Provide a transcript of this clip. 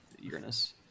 Uranus